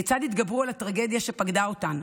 כיצד התגברו על הטרגדיה שפקדה אותן?